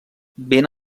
ben